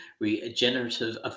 regenerative